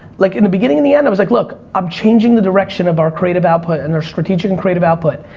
like in the beginning of and the end, i was like, look, i'm changing the direction of our creative output and our strategic and creative output.